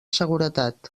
seguretat